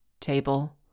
table